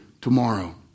tomorrow